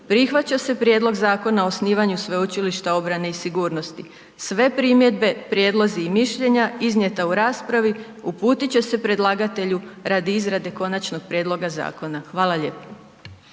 Prihvaća se Prijedlog Zakona o osnivanju Sveučilišta obrane i sigurnosti, sve primjedbe, prijedlozi i mišljenja iznijeta u raspravi uputit će se predlagatelju radi izrade konačnog prijedloga zakona. Hvala lijepo.